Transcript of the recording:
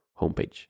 homepage